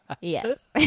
yes